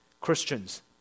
Christians